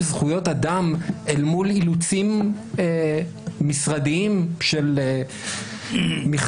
זכויות אדם אל מול אילוצים משרדיים של מכרזים,